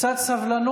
הוא קובע את התקנות,